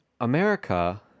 America